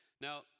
Now